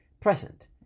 present